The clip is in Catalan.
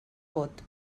vot